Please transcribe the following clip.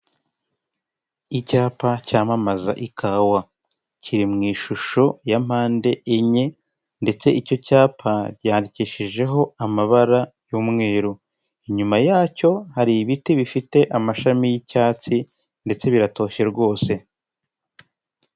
Icyapa cyamamaza ikawa kiri mu ishusho ya mpande enye ndetse icyo cyapa cyandikishijeho amabara y'umweru, inyuma yacyo hari ibiti bifite amashami y'icyatsi ndetse biratoshye rwose.